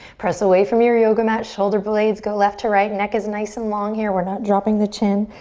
press away from your yoga mat. shoulder blades go left to right. neck is nice and long here. we're not dropping the chin.